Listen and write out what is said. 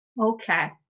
okay